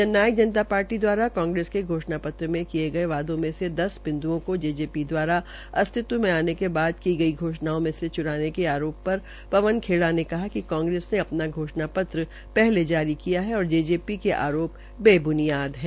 जन नायक जनता पार्टी दवारा कांगेस के घोषणा पत्र में कियेगये वादों से इस बिन्दुओ के जेजेपी दवारा अस्तित्व में आने के बाद की गई घोषणाओं में से च्राने के आरोप पर पवन खेड़ा ने कहा कि कांग्रेस ने अपना घोषणा पत्र पहले जारी किया है और जेजेपी के आरोप बेब्नियाद है